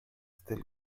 still